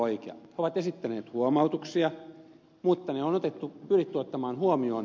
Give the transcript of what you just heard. he ovat esittäneet huomautuksia mutta ne on pyritty ottamaan huomioon